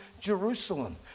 Jerusalem